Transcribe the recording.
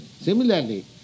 Similarly